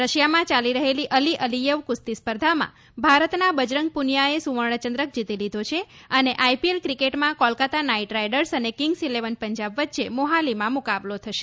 રશિયામાં ચાલી રહેલી અલી અલીયેવ કુસ્તી સ્પર્ધામાં ભારતના બજરંગ પુનીયાએ સુવર્ણચંદ્રક જીતી લીધો છે અને આઈપીલ ક્રિકેટમાં કોલકાતા નાઈટ રાઈડર્સ અને કિંગ્સ ઈલેવન પંજાબ વચ્ચે મોહાલીમાં મુકાબલો થશે